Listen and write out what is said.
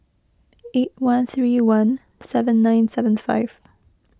eight one three one seven nine seven five